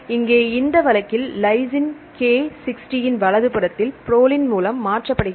இங்கே இந்த வழக்கில் லைசின் கே 60 இன் வலதுபுறத்தில் புரோலின் மூலம் மாற்றப்படுகிறது